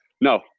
No